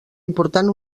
important